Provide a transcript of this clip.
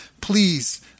please